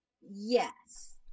Yes